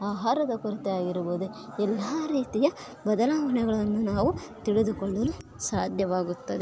ಆಹಾರದ ಕೊರತೆ ಆಗಿರಬೋದು ಎಲ್ಲಾ ರೀತಿಯ ಬದಲಾವಣೆಗಳನ್ನು ನಾವು ತಿಳಿದುಕೊಳ್ಳಲು ಸಾಧ್ಯವಾಗುತ್ತೆ